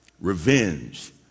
Revenge